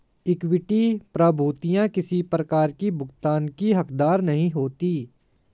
equity प्रभूतियाँ किसी प्रकार की भुगतान की हकदार नहीं होती